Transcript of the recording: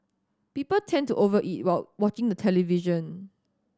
people tend to over eat while watching the television